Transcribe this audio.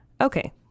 Okay